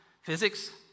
Physics